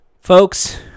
Folks